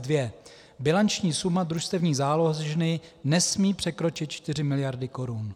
2: Bilanční suma družstevní záložny nesmí překročit 4 mld. korun.